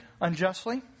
unjustly